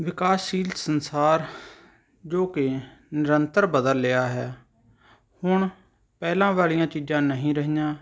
ਵਿਕਾਸਸ਼ੀਲ ਸੰਸਾਰ ਜੋ ਕਿ ਨਿਰੰਤਰ ਬਦਲ ਰਿਹਾ ਹੈ ਹੁਣ ਪਹਿਲਾਂ ਵਾਲੀਆਂ ਚੀਜ਼ਾਂ ਨਹੀਂ ਰਹੀਆਂ